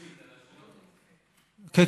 כן,